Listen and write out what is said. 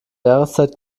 jahreszeit